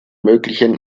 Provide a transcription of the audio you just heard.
möglichen